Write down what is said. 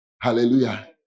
Hallelujah